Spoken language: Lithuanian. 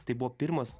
tai buvo pirmas